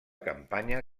campanya